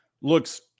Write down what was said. looks